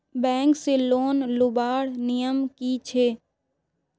Bank से loan लुबार नियम की छे?